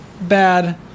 Bad